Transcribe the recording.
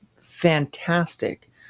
fantastic